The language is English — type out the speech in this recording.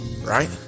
Right